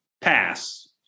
Pass